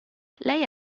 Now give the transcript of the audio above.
lei